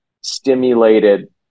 stimulated